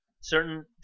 certain